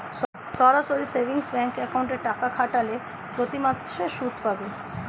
সরাসরি savings bank অ্যাকাউন্টে টাকা খাটালে প্রতিমাসে সুদ পাবে